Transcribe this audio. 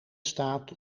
staat